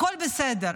הכול בסדר.